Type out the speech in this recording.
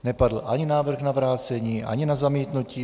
Nepadl ani návrh na vrácení, ani na zamítnutí.